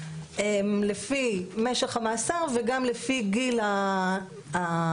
לפי משך המאסר וגם לפי גיל המורשע,